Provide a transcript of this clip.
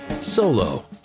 solo